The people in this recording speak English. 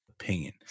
opinion